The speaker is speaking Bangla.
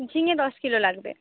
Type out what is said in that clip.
ঝিঙে দশ কিলো লাগবে